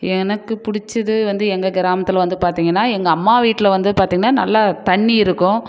எனக்கு பிடிச்சது வந்து எங்கள் கிராமத்தில் வந்து பார்த்தீங்கன்னா எங்கள் அம்மா வீட்டில் வந்து பார்த்தீங்கன்னா நல்லா தண்ணி இருக்கும்